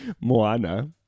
Moana